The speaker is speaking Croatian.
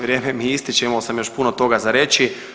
Vrijeme mi ističe, imao sam još puno toga za reći.